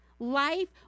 Life